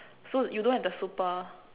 so you don't have the super